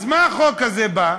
אז מה החוק הזה בא?